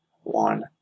one